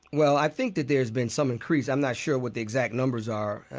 well, i think that there's been some increase. i'm not sure what the exact numbers are.